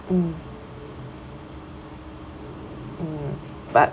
mm mm but